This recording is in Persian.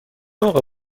موقع